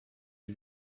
est